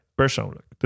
persoonlijk